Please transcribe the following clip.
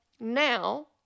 now